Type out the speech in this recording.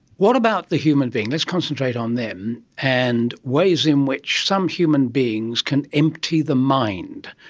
what about the human being, let's concentrate on them, and ways in which some human beings can empty the mind.